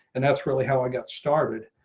and that's really how i got started,